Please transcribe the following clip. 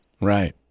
Right